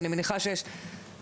אז אני מניחה שיש מורים,